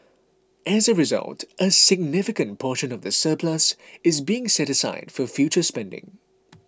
as a result a significant portion of the surplus is being set aside for future spending